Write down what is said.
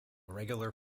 regular